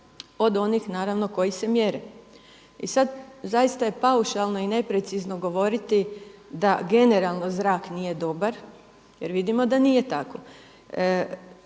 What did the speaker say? od onih naravno koji se mjere. I sada zaista je paušalno i neprecizno govoriti da generalno zrak nije dobar jer vidimo da nije tako.